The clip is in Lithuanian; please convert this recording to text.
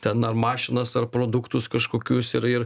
ten ar mašinas ar produktus kažkokius ir ir